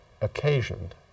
occasioned